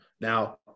Now